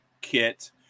kit